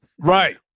right